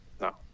no